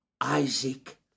Isaac